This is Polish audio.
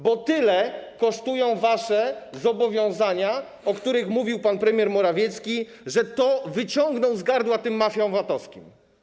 Bo tyle kosztują wasze zobowiązania, o których mówił pan premier Morawiecki, że to wyciągnął z gardła tym mafiom VAT-owskim.